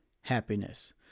happiness